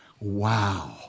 Wow